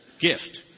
gift